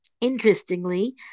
interestingly